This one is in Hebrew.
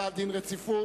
הכרזה על דין רציפות.